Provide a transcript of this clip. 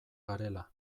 garela